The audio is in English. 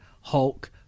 Hulk